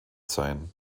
sein